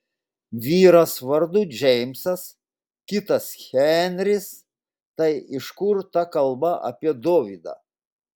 vyras vardu džeimsas kitas henris tai iš kur ta kalba apie dovydą